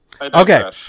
okay